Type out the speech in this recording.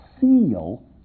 seal